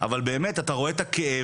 אבל אתה באמת רואה את הכאב,